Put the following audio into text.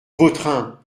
vautrin